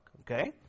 Okay